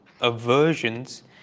aversions